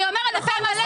אני אומרת מכל הלב,